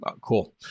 Cool